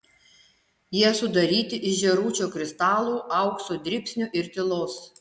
jie sudaryti iš žėručio kristalų aukso dribsnių ir tylos